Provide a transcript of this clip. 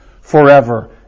forever